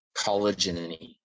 collagen-y